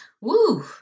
Woo